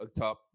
Atop